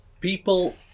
people